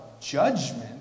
judgment